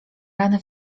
ranę